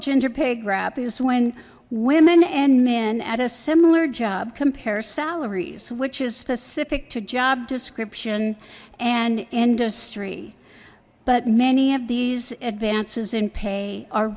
gender pay gap is when women and men at a similar job compare salaries which is specific to job description and industry but many of these advances in pay